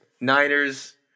Niners